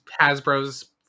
Hasbro's